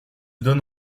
donne